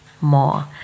more